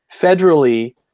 federally